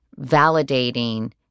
validating